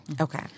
Okay